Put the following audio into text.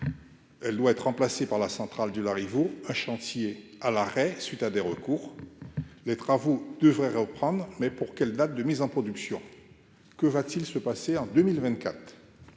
elle doit être remplacée par la centrale du Larivot à chantier à l'arrêt suite à des recours, les travaux devraient reprendre, mais pour quelle date de mise en production, que va-t-il se passer en 2000